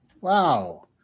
Wow